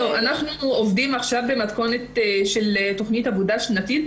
אנחנו עובדים עכשיו במתכונת של תוכנית עבודה שנתית,